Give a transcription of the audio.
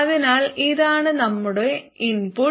അതിനാൽ ഇതാണ് നമ്മളുടെ ഇൻപുട്ട്